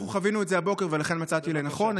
אנחנו חווינו את זה הבוקר, ולכן מצאתי לנכון.